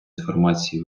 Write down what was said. інформації